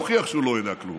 הוא הוכיח שהוא לא יודע כלום.